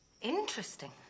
Interesting